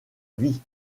vie